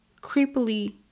creepily